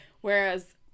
whereas